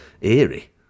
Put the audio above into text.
eerie